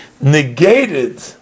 negated